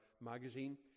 magazine